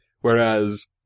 Whereas